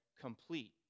complete